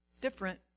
different